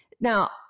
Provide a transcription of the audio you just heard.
Now